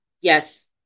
Yes